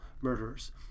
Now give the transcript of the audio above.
murderers